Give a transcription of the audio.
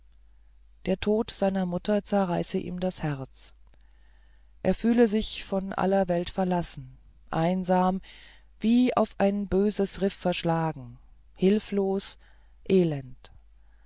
der tod seiner mutter zerreiße ihm das herz er fühle sich von aller welt verlassen einsam wie auf ein ödes riff verschlagen hilflos elend